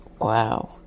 Wow